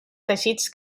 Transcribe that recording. teixits